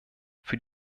für